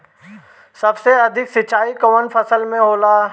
सबसे अधिक सिंचाई कवन फसल में होला?